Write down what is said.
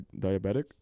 diabetic